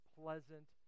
pleasant